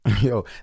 Yo